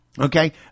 Okay